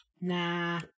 Nah